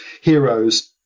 heroes